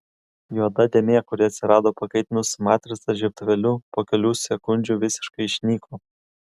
juoda dėmė kuri atsirado pakaitinus matricą žiebtuvėliu po kelių sekundžių visiškai išnyko